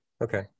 Okay